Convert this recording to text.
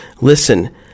Listen